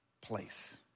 place